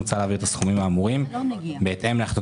מוצע להעביר את הסכומים האמורים בהתאם להחלטות